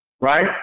right